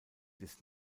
des